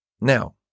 Now